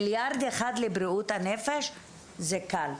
מיליארד אחד לבריאות הנפש זה קל.